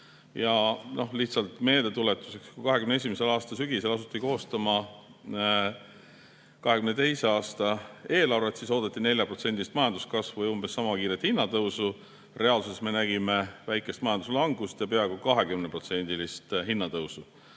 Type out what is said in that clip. Ja lihtsalt meeldetuletuseks: kui 2021. aasta sügisel asuti koostama 2022. aasta eelarvet, siis oodati 4%-list majanduskasvu ja umbes sama kiiret hinnatõusu. Reaalsuses me nägime väikest majanduslangust ja peaaegu 20%-list hinnatõusu.